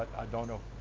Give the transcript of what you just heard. don't know.